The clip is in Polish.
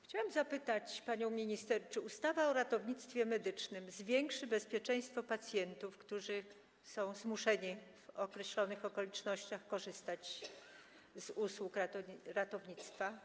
Chciałam zapytać panią minister: Czy ustawa o ratownictwie medycznym zwiększy bezpieczeństwo pacjentów, którzy są zmuszeni w określonych okolicznościach korzystać z usług ratownictwa?